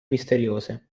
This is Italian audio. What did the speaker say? misteriose